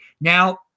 Now